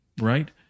right